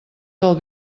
del